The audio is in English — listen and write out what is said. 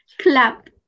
clap